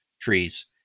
trees